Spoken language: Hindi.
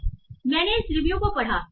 इसलिए मैंने इस रिव्यू को पढ़ा